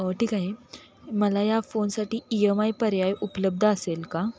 ठीक आहे मला या फोनसाठी ई एम आय पर्याय उपलब्ध असेल का